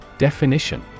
Definition